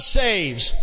saves